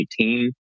2018